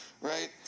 Right